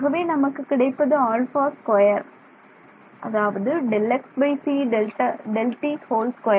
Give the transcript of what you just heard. ஆகவே நமக்கு கிடைப்பது α2 ΔxcΔt2